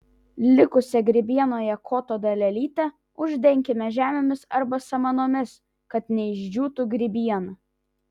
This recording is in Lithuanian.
likusią grybienoje koto dalelytę uždenkime žemėmis arba samanomis kad neišdžiūtų grybiena